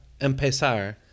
empezar